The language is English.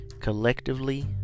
Collectively